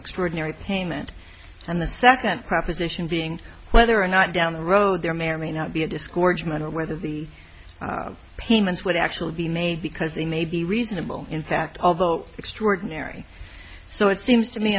extraordinary payment and the second proposition being whether or not down the road there may or may not be a disk or judgment on whether the payments would actually be made because they may be reasonable in fact although extraordinary so it seems to me